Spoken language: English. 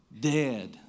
dead